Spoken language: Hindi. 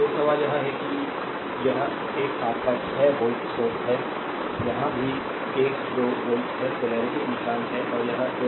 तो सवाल यह है कि यह एक आपका 6 वोल्ट सोर्स है यहां भी 1 2 वोल्ट है कि पोलेरिटी निशान है और यह 2